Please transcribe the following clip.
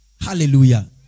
Hallelujah